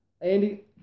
Andy